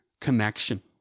connection